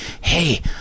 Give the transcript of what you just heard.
hey